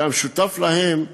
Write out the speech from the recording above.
והמשותף להן,